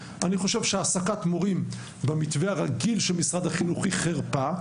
אני חושב שהעסקת מורים במתווה הרגיל של משרד החינוך היא חרפה,